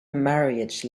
marriage